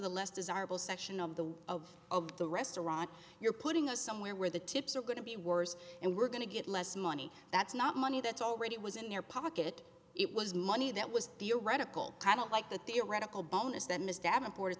the less desirable section of the of of the restaurant you're putting us somewhere where the tips are going to be worse and we're going to get less money that's not money that's already it was in their pocket it was money that was theoretical i don't like the theoretical bonus that ms davenport is